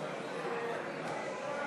רוצים